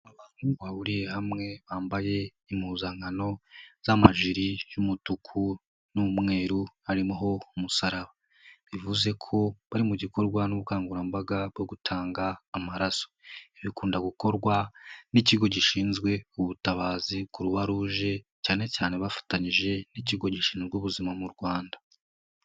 Abantu bahuriye hamwe bambaye impuzankano z'amajiri y'umutuku n'umweru harimo umusaraba bivuze ko bari mu gikorwa n'ubukangurambaga bwo gutanga amaraso, bikunda gukorwa n'ikigo gishinzwe ubutabazi croix rouge cyane cyane bafatanyije n'ikigo gishinzwe ubuzima mu Rwanda.